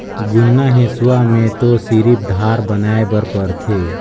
जुन्ना हेसुआ में तो सिरिफ धार बनाए बर परथे